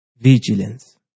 vigilance